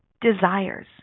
desires